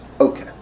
Okay